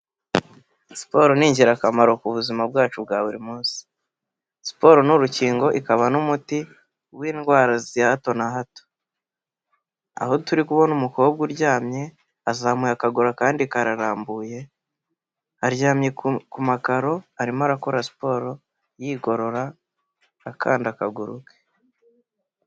Siporo ni ingirakamaro ku buzima bwacu bwa buri munsi, siporo ni urukingo ikaba n'umuti w'indwara za hato na hato, aho turi kubona umukobwa uryamye, azamuye akaguru akandi kararambuye, aryamye ku makaro arimo arakora siporo yigorora akanda akaguru ke.